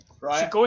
right